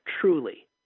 truly